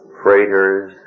freighters